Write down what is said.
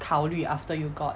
考虑 after you got